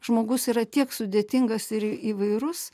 žmogus yra tiek sudėtingas ir įvairus